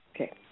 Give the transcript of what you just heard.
Okay